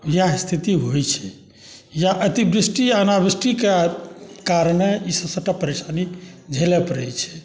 इएह स्थिति होइ छै या अतिवृष्टि या अनावृष्टिके कारणे ईसब सबटा परेशानी झेलऽ पड़ै छै